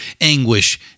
anguish